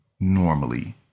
normally